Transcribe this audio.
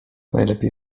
najlepiej